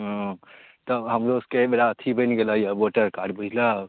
ओ तऽ हमरो सबके एहिबेरा अथी बनि गेलै हँ वोटर कार्ड बुझलहक